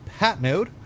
Patnode